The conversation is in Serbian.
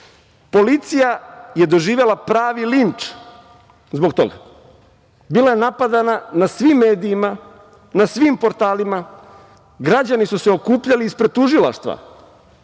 Policija je doživela pravi linč zbog toga. Bila je napadana na svim medijima, na svim portalima, građani su se okupljali ispred Tužilaštva.